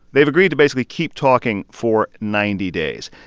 they've agreed to basically keep talking for ninety days.